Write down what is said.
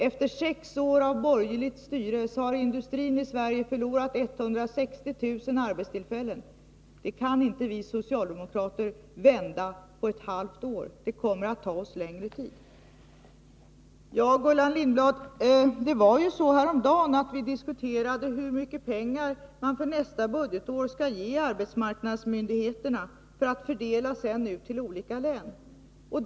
Efter sex år av borgerligt styre har industrin i Sverige förlorat 160 000 arbetstillfällen. Den utvecklingen kan vi socialdemokrater inte vända på ett halvår. Det kommer att ta oss längre tid. Till Gullan Lindblad: Vi diskuterade häromdagen hur mycket pengar man för nästa budgetår skall ge arbetsmarknadsmyndigheterna för att fördelas till olika län.